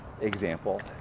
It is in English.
example